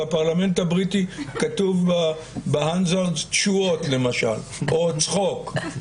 בפרלמנט הבריטי כתוב ב-Hansard "תשואות" למשל או "צחוק",